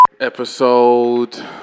Episode